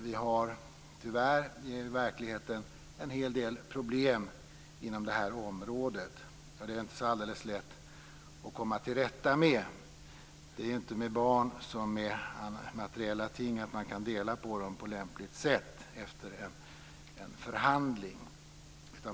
Vi har tyvärr i verkligheten en hel del problem inom det här området. De är inte så alldeles lätt att komma till rätta med. Det är inte med barn som med materiella ting att man kan dela på dem på lämpligt sätt efter en förhandling.